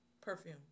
perfume